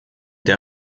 der